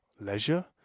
leisure